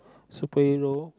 superhero